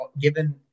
given